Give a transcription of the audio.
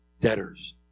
debtors